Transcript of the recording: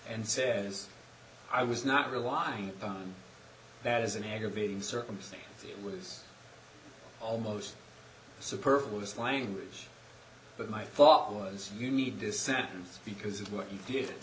and says i was not relying on that as an aggravating circumstance it was almost superb with this language but my thought was you need this sentence because of what you did